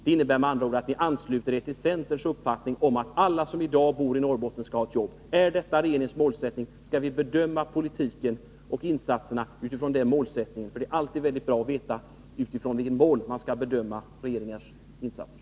Det innebär med andra ord att ni ansluter er till centerns uppfattning att alla som i dag bor i Norrbotten skall ha ett jobb. Är detta regeringens målsättning? Skall vi bedöma politiken och insatserna utifrån den målsättningen? Det är alltid bra att veta utifrån vilket mål man skall bedöma regeringars insatser.